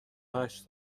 هشت